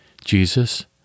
Jesus